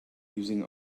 using